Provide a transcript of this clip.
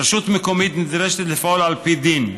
רשות מקומית נדרשת לפעול על פי דין,